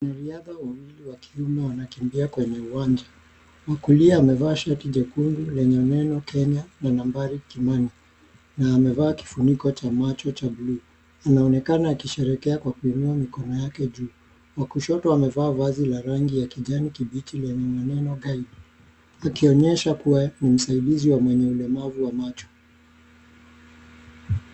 Wanariadha wawili wa kiume wanakimbia kwenye uwanja. Wa kulia amevaa shati jekundu lenye neno Kenya na nambari Kimani, na amevaa kifuniko cha macho cha buluu. Inaonekana akisherehekea kwa kinua mikono yake juu. Wa kushoto amevaa vazi la rangi ya kijani kibichi lenye neno guide, akionyesha kuwa ni msaidizi wa mwenye ulemavu wa macho.